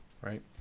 right